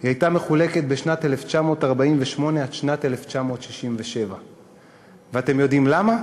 היא הייתה מחולקת משנת 1948 עד שנת 1967. ואתם יודעים למה?